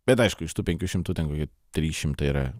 bet aišku iš tų penkių šimtų ten kokie trys šimtai yra